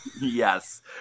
Yes